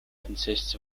consists